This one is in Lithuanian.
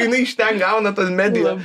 jinai iš ten gauna tas medija